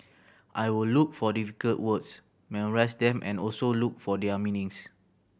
I will look for difficult words memorise them and also look for their meanings